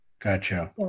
Gotcha